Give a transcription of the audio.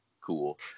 cool